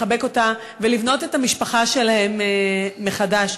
לחבק אותה ולבנות את המשפחה שלהן מחדש.